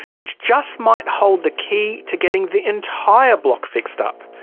which just might hold the key to getting the entire block fixed up.